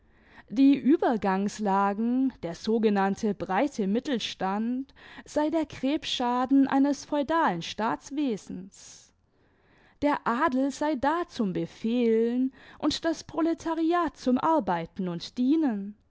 die ubergangslagen der sogenannte breite mittelstand sei der krebsschaden eines feudalen staatswesens der adel sei da zum befehlen und das proletariat zum arbeiten und dienen